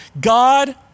God